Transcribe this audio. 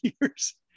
years